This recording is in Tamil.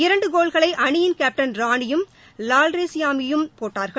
இரண்டு கோல்களை அணயின் கேப்டன் ராணியும் லால் ரெமிசிமியும் போட்டார்கள்